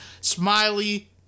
Smiley